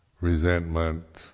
resentment